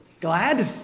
Glad